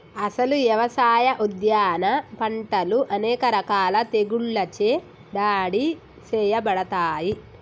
అసలు యవసాయ, ఉద్యాన పంటలు అనేక రకాల తెగుళ్ళచే దాడి సేయబడతాయి